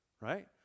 right